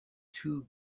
two